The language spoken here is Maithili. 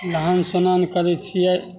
नहान सोनान करै छिए